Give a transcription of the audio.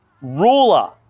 Ruler